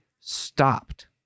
stopped